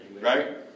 Right